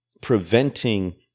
preventing